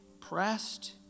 pressed